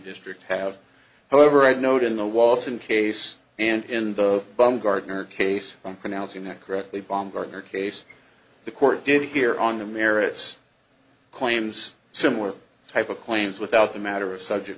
districts have however i'd note in the walton case and in the bum gardner case i'm pronouncing that correctly baumgardner case the court did hear on the merits claims similar type of claims without the matter of subject